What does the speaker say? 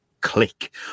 click